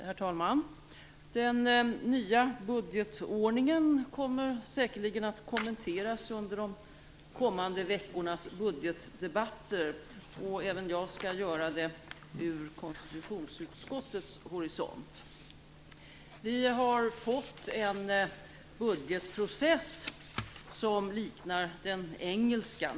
Herr talman! Den nya budgetordningen kommer säkerligen att kommenteras under de kommande veckornas budgetdebatter. Även jag skall göra det från konstitutionsutskottets horisont. Vi har fått en budgetprocess som liknar den engelska.